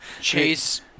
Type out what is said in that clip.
Chase